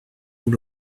vous